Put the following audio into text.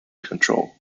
control